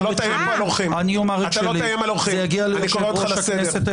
זה יגיע ליושב-ראש הכנסת.